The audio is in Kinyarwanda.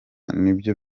nibyo